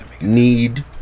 need